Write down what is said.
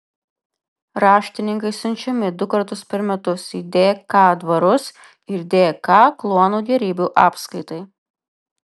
raštininkai siunčiami du kartus per metus į dk dvarus ir dk kluonų gėrybių apskaitai